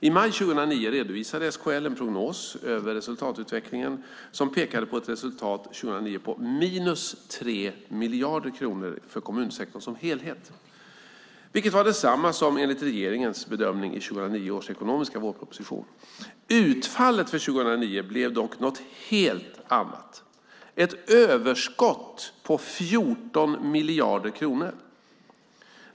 I maj 2009 redovisade SKL en prognos över resultatutvecklingen som pekade på ett resultat 2009 på minus 3 miljarder kronor för kommunsektorn som helhet, vilket var detsamma som enligt regeringens bedömning i 2009 års ekonomiska vårproposition. Utfallet för 2009 blev dock något helt annat, ett överskott på 14 miljarder kronor.